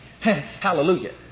Hallelujah